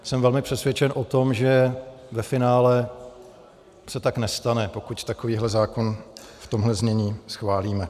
Jsem velmi přesvědčen o tom, že ve finále se tak nestane, pokud takovýhle zákon v tomhle znění schválíme.